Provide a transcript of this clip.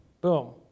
Boom